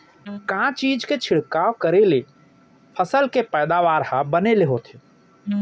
का चीज के छिड़काव करें ले फसल के पैदावार ह बने ले होथे?